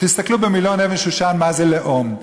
תסתכלו במילון אבן-שושן מה זה "לאום".